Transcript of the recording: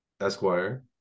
esquire